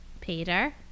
Peter